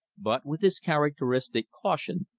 but with his characteristic caution,